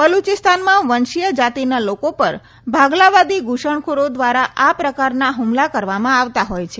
બલ્લચિસ્તાનમાં વંશીય જાતિના લોકો પર ભાગલાવાદી ઘ્રસણખોરો દ્વારા આ પ્રકારના હુંમલા કરવામાં આવતા હોય છે